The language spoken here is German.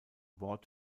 wort